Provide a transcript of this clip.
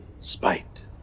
spite